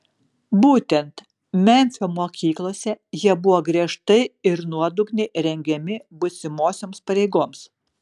būtent memfio mokyklose jie buvo griežtai ir nuodugniai rengiami būsimosioms pareigoms